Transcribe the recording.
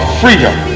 freedom